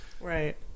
Right